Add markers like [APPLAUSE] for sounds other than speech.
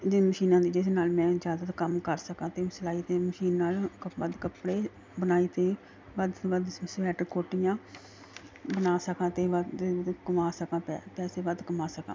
ਜੇ ਮਸ਼ੀਨਾਂ ਦੀ ਜਿਸ ਨਾਲ ਮੈਂ ਜ਼ਿਆਦਾ ਕੰਮ ਕਰ ਸਕਾਂ ਅਤੇ ਸਿਲਾਈ ਦੇ ਮਸ਼ੀਨ ਨਾਲ ਕ ਵੱਧ ਕੱਪੜੇ ਬੁਣਾਈ ਅਤੇ ਵੱਧ ਤੋਂ ਵੱਧ ਸ ਸਵੈਟਰ ਕੋਟੀਆਂ ਬਣਾ ਸਕਾਂ ਅਤੇ ਵੱਧ [UNINTELLIGIBLE] ਕਮਾ ਸਕਾਂ ਪੈ ਪੈਸੇ ਵੱਧ ਕਮਾ ਸਕਾਂ